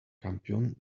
campeón